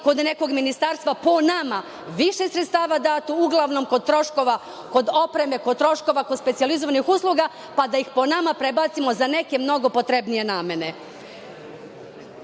kod nekog ministarstva po nama više sredstava dato, uglavnom kod troškova kod opreme, kod troškova, kod specijalizovanih usluga, pa da ih po nama prebacimo za neke mnogo potrebnije namene. Kada